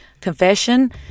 Confession